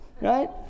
right